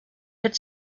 had